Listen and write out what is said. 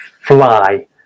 fly